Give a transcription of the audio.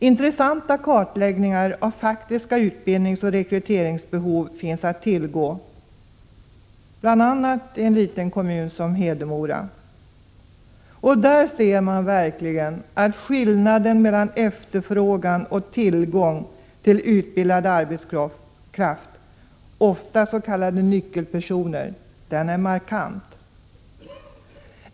Intressanta kartläggningar av faktiska utbildningsoch rekryteringsbehov finns att tillgå, bl.a. i en liten kommun som Hedemora. Där ser man verkligen att skillnaden mellan efterfrågan och tillgång på utbildad arbetskraft, ofta s.k. nyckelpersoner, är markant.